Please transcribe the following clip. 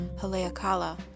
Haleakala